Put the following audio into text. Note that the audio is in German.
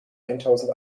eintausend